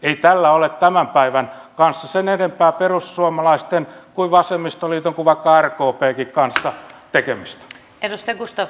ei tällä ole tämän päivän kanssa sen enempää perussuomalaisten kuin vasemmistoliiton kuin vaikka rkpnkään kanssa tekemistä